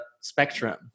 spectrum